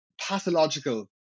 pathological